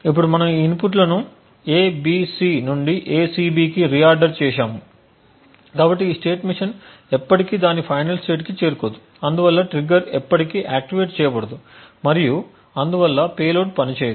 ఇప్పుడు మనము ఈ ఇన్పుట్లను A B C నుండి A C B కి రిఆర్డర్ చేసాము కాబట్టి ఈ స్టేట్ మెషీన్ ఎప్పటికీ దాని ఫైనల్ స్టేట్కి చేరుకోదు అందువల్ల ట్రిగ్గర్ ఎప్పటికీ ఆక్టివేట్ చేయబడదు మరియు అందువల్ల పేలోడ్ పనిచేయదు